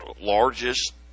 largest